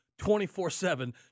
24-7